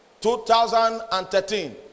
2013